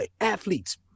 athletes